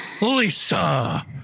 Lisa